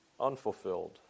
unfulfilled